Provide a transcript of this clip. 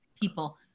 people